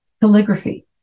Calligraphy